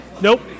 Nope